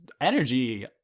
energy